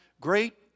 Great